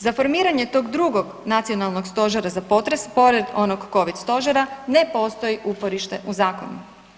Za formiranje tog drugo nacionalnog stožera za potres, pored onog Covid stožera, ne postoji uporište u zakonu.